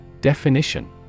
Definition